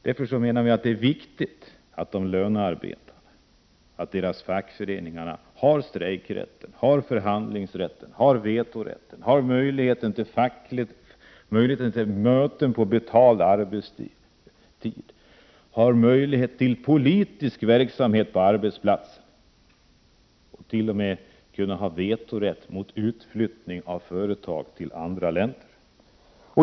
Därför menar vi att det är viktigt att de lönearbetandes fackföreningar har strejkrätt, förhandlingsrätt, vetorätt, möjlighet till möten på betald arbetstid, möjlighet till politisk verksamhet på arbetsplatsen, ja. t.o.m. vetorätt mot utflyttning av företag till andra länder.